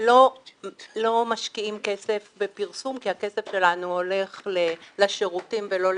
לא משקיעים כסף בפרסום כי הכסף שלנו הולך לשירותים ולא לפרסום.